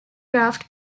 draft